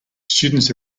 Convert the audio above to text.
students